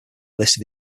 list